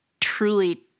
truly